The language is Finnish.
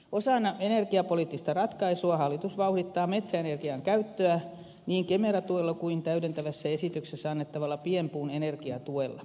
osana energiapoliittista ratkaisua hallitus vauhdittaa metsäenergian käyttöä niin kemera tuella kuin täydentävässä esityksessä annettavalla pienpuun energiatuella